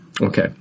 Okay